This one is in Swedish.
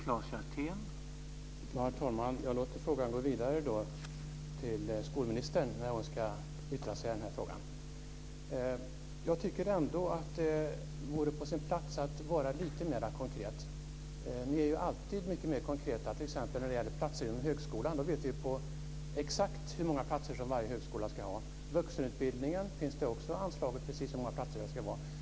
Herr talman! Jag låter då frågan gå vidare till skolministern när hon ska yttra sig i den här frågan. Jag tycker ändå att det vore på sin plats att vara lite mer konkret. Ni är ju alltid mycket mer konkreta t.ex. när det gäller platser inom högskolan. Vi vet exakt hur många platser som varje högskola ska ha. När det gäller vuxenutbildningen finns det också angett precis hur många platser det ska vara.